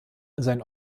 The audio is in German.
sein